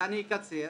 ואני אקצר,